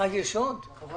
אני חושבת שמעבר